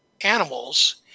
animals